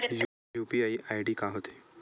UPI ID का होथे?